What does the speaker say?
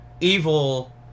evil